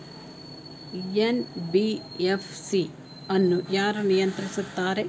NBFC ಅನ್ನು ಯಾರು ನಿಯಂತ್ರಿಸುತ್ತಾರೆ?